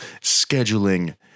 scheduling